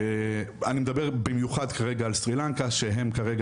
אני מדבר במיוחד כרגע על סרילנקה שהיא כרגע